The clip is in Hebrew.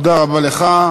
תודה רבה לך.